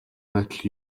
байтал